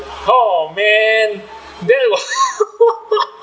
oh man that was